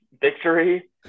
victory